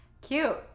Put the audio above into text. Cute